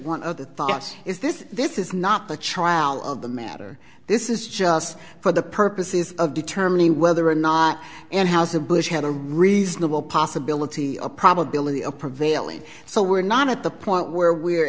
one of the thoughts is this this is not the child of the matter this is just for the purposes of determining whether or not and how the bush had a reasonable possibility a probability of prevailing so we're not at the point where we